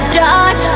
dark